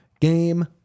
Game